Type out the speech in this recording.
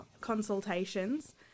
consultations